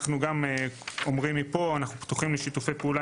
אנחנו גם אומרים מפה שאנחנו פתוחים לשיתופי פעולה